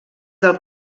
del